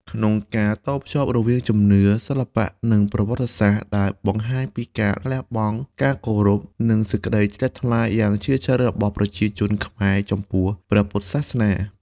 ក្នុងការតភ្ជាប់រវាងជំនឿ សិល្បៈ និងប្រវត្តិសាស្ត្រ ដែលបង្ហាញពីការលះបង់ ការគោរព និងសេចក្តីជ្រះថ្លាយ៉ាងជ្រាលជ្រៅរបស់ប្រជាជនខ្មែរចំពោះព្រះពុទ្ធសាសនា។